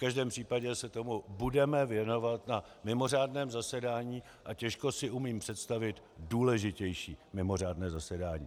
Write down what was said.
V každém případě se tomu budeme věnovat na mimořádném zasedání a těžko si umím představit důležitější mimořádné zasedání.